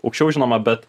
aukščiau žinoma bet